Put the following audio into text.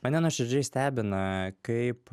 mane nuoširdžiai stebina kaip